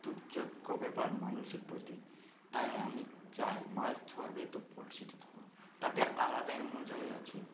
ব্যাপার মানুষের প্রতি তাই আমি চাই মাছ ধরবে তো বড়শিতে ধর তাতে আলাদাই মজাই আছে